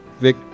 Vic